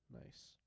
Nice